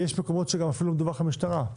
יש מקומות שגם אפילו מדווח למשטרה,